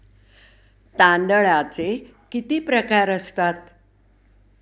तांदळाचे किती प्रकार असतात?